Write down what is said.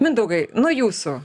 mindaugai nuo jūsų